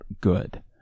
good